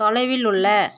தொலைவில் உள்ள